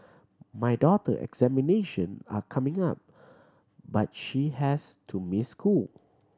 my daughter examination are coming up but she has to miss school